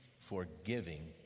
Forgiving